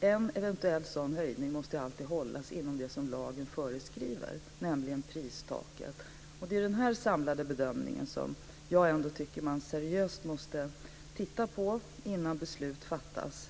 en eventuell sådan höjning måste alltid hållas inom det som lagen föreskriver, nämligen pristaket. Det är den här samlade bedömningen som jag ändå tycker att man måste titta på seriöst innan beslut fattas.